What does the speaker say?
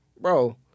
Bro